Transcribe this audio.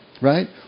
right